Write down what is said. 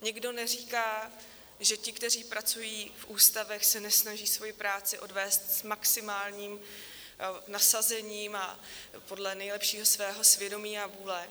Nikdo neříká, že ti, kteří pracují v ústavech, se nesnaží svoji práci odvést s maximálním nasazením a podle nejlepšího svého svědomí a vůle.